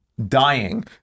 Dying